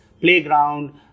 playground